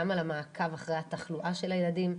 גם על המעקב אחרי התחלואה של הילדים.